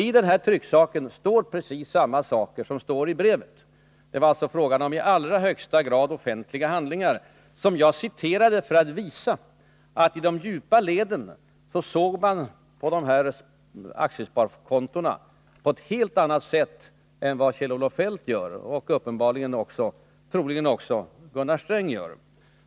I den här trycksaken står precis samma saker som i brevet. Det var alltså i allra högsta grad fråga om offentliga handlingar, som jag citerade för att visa att man i de djupa leden såg på aktiesparkontona på ett helt annat sätt än vad Kjell-Olof Feldt och troligen också Gunnar Sträng gör.